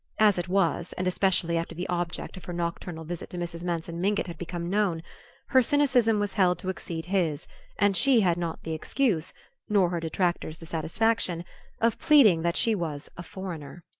as it was and especially after the object of her nocturnal visit to mrs. manson mingott had become known her cynicism was held to exceed his and she had not the excuse nor her detractors the satisfaction of pleading that she was a foreigner.